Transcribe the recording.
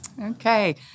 Okay